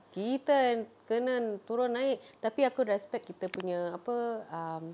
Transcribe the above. kita kena turun naik tapi aku respect kita punya apa um